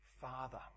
Father